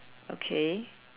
okay